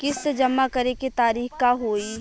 किस्त जमा करे के तारीख का होई?